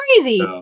crazy